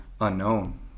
unknown